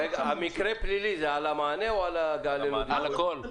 המקרה הפלילי זה על המענה או על הגעה למקום?